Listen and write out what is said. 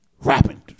Rapping